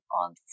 on